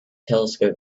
telescope